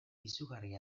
izugarri